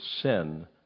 sin